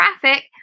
traffic